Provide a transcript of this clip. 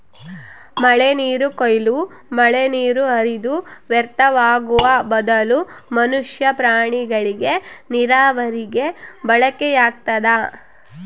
ಮಳೆನೀರು ಕೊಯ್ಲು ಮಳೆನೀರು ಹರಿದು ವ್ಯರ್ಥವಾಗುವ ಬದಲು ಮನುಷ್ಯ ಪ್ರಾಣಿಗಳಿಗೆ ನೀರಾವರಿಗೆ ಬಳಕೆಯಾಗ್ತದ